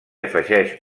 afegeix